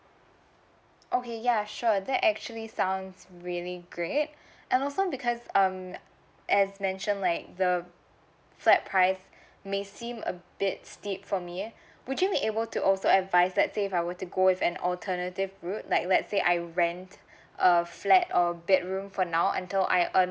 okay ya sure that actually sounds really great I also because um as mention like the flat price may seem a bit steep for me would you be able to also advise that if I were to go with an alternative route like let's say I rent a flat or bedroom for now until I earn